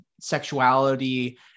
sexuality